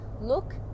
Look